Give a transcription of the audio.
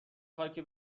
خاکی